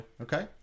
okay